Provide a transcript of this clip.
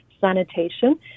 sanitation